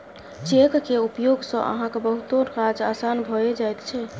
cheque केर उपयोग सँ अहाँक बहुतो काज आसान भए जाइत छै